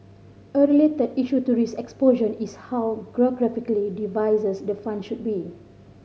a related issue to risk exposure is how geographically diversified the fund should be